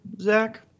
Zach